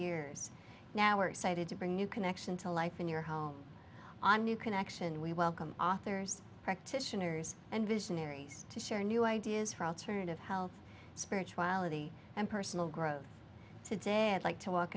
years now we're excited to bring a new connection to life in your home a new connection we welcome authors practitioners and visionaries to share new ideas for alternative health spirituality and personal growth today i'd like to w